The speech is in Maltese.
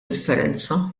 differenza